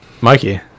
mikey